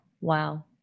Wow